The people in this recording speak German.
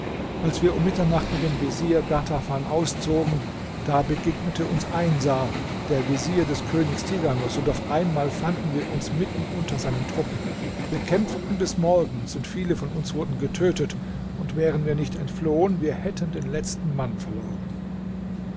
als wir um mitternacht mit dem vezier ghatarfan auszogen da begegnete uns einsar der vezier des königs tighanus und auf einmal fanden wir uns mitten unter seinen truppen wir kämpften bis morgens und viele von uns wurden getötet und wären wir nicht entflohen wir hätten den letzten mann verloren